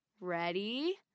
Ready